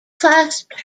clasped